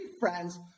friends